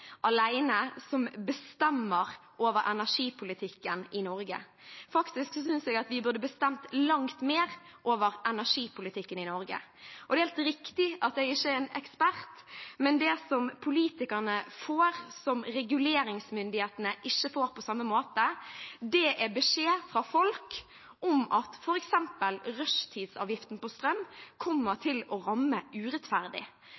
som bestemmer over energipolitikken i Norge. Faktisk synes jeg vi burde ha bestemt langt mer over energipolitikken i Norge. Det er helt riktig at jeg ikke er en ekspert, men det som politikerne får, som reguleringsmyndighetene ikke får på samme måte, er beskjed fra folk om at f.eks. rushtidsavgiften på strøm kommer